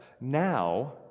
Now